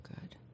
good